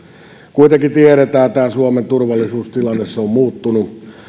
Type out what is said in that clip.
kuitenkin tiedetään tämä suomen turvallisuustilanne se on muuttunut